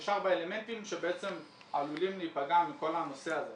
יש ארבעה אלמנטים שבעצם עלולים להיפגע מכל הנושא הזה.